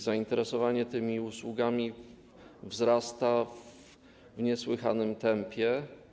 Zainteresowanie tymi usługami wzrasta w niesłychanym tempie.